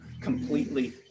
completely